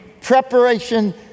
preparation